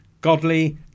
Godly